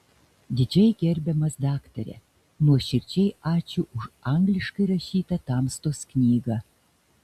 didžiai gerbiamas daktare nuoširdžiai ačiū už angliškai rašytą tamstos knygą